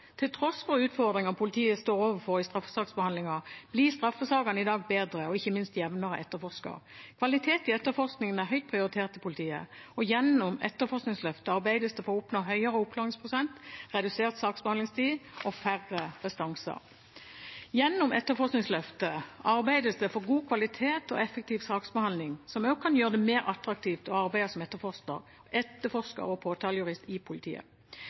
til tross for utfordringene politiet står overfor i straffesaksbehandlingen, blir straffesakene i dag bedre og ikke minst jevnere etterforsket. Kvalitet i etterforskningen er høyt prioritert i politiet, og gjennom etterforskingsløftet arbeides det for å oppnå høyere oppklaringsprosent, redusert saksbehandlingstid og færre restanser. Gjennom etterforskningsløftet arbeides det for god kvalitet og effektiv saksbehandling, som også kan gjøre det mer attraktivt å arbeide som etterforsker og påtalejurist i politiet.